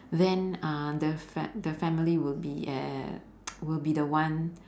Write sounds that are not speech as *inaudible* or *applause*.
then uh the fam~ the family would be uh *noise* would be the one